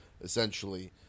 essentially